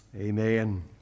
Amen